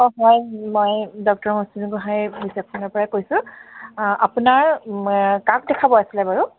অঁ হয় মই ডক্তৰ মৌচুমী গোহাঁই ৰিচেপচনৰপৰাই কৈছোঁ আপোনাৰ কাক দেখাব আছিলে বাৰু